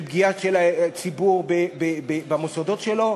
של פגיעה של הציבור במוסדות שלו,